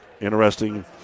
interesting